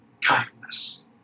kindness